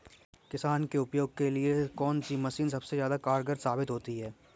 किसान के उपयोग के लिए कौन सी मशीन सबसे ज्यादा कारगर साबित होती है?